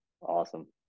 awesome